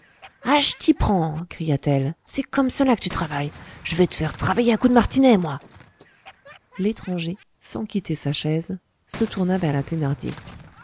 prends cria-t-elle c'est comme cela que tu travailles je vais te faire travailler à coups de martinet moi l'étranger sans quitter sa chaise se tourna vers la